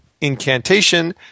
incantation